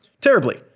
Terribly